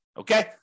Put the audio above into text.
Okay